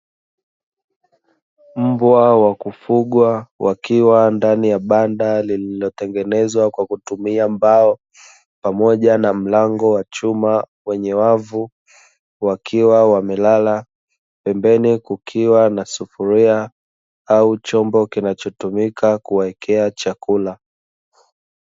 Mbwa wa kufugwa wakiwa ndani ya banda lililotengenezwa kwa kutumia mbao, pamoja na mlango wa chuma wenye wavu wakiwa wamelala pembeni kukiwa na sufuria au chombo kinachotumika kuwekea chakula.